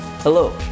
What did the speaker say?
Hello